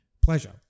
Pleasure